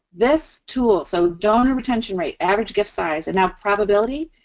this tool, so donor, retention rate, average gift size, and now probability,